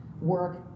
work